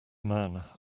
man